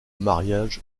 mariage